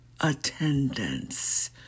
attendance